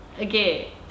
Okay